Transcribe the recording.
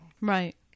Right